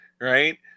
right